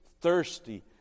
thirsty